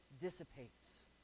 dissipates